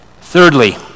Thirdly